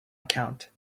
account